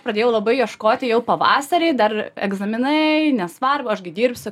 pradėjau labai ieškoti jau pavasarį dar egzaminai nesvarbu aš gi dirbsiu